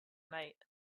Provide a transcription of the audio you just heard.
night